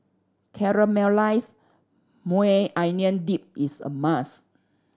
Caramelized Maui Onion Dip is a must try